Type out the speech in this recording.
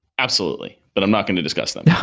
absolutely, but i'm not going to discuss them. yeah